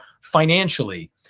financially